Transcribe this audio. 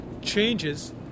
changes